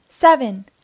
seven